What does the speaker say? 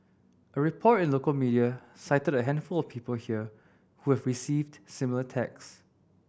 a report in local media cited a handful of people here who have received similar texts